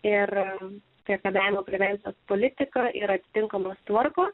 ir priekabiavimo prevencijos politika yra tinkamos tvarkos